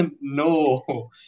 no